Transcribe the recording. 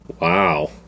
wow